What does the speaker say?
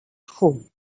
tchu